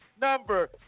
Number